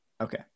Okay